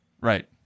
Right